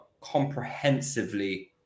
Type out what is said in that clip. comprehensively